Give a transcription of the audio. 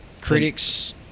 critics